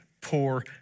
poor